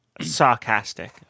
sarcastic